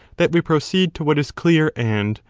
that we proceed to what is clear and,